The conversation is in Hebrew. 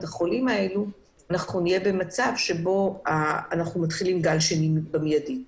החולים האלו אנחנו נתחיל גל שני באופן מידי.